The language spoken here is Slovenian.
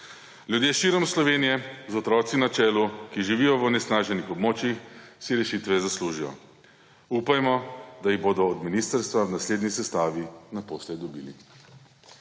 Ljudje širom Slovenije z otroki na čelu, ki živijo na onesnaženih območjih, si rešitve zaslužijo. Upajmo, da jih bodo od ministrstva v naslednji sestavi naposled dobili.